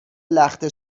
لخته